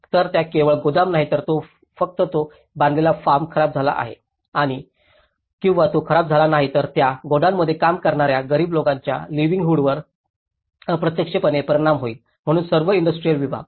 तर त्यात केवळ गोदाम नाही तर फक्त तो बांधलेला फॉर्म खराब झाला आहे किंवा तो खराब झाला नाही तर त्या गोडाऊनमध्ये काम करणा ऱ्या गरीब लोकांच्या लिवलीहूडवर अप्रत्यक्ष परिणाम होईल म्हणून सर्व इंडस्ट्रियल विभाग